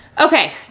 Okay